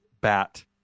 bat